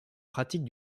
pratique